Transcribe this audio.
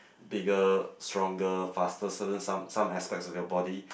bigger stronger faster certain some some aspects of your body